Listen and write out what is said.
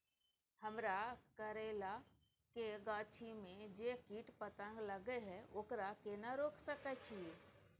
हमरा करैला के गाछी में जै कीट पतंग लगे हैं ओकरा केना रोक सके छी?